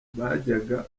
bajyaga